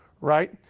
Right